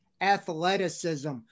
athleticism